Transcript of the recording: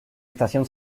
estación